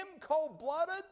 cold-blooded